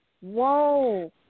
whoa